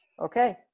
Okay